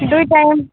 ଦୁଇ ଟାଇମ୍